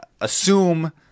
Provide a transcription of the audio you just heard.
assume